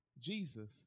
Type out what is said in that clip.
Jesus